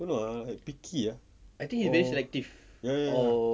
don't know ah like picky ah or ya ya ya